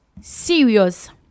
serious